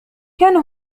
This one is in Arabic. كان